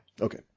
Okay